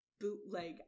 bootleg